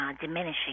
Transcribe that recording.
diminishing